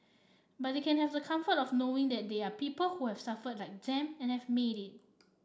but they can have the comfort of knowing that there are people who suffered like them and have made it